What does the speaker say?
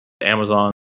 Amazon